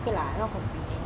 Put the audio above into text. okay lah I not complaining